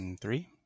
three